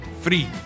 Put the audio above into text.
free